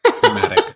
dramatic